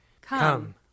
Come